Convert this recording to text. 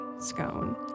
scone